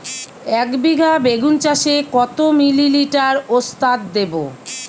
একবিঘা বেগুন চাষে কত মিলি লিটার ওস্তাদ দেবো?